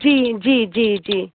जी जी जी जी